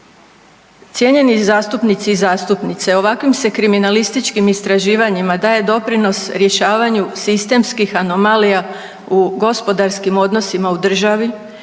Cijenjeni zastupnici i zastupnice, ovakvim se kriminalističkim istraživanjima daje doprinos rješavanju sistemskih anomalija u gospodarskim odnosima u državi,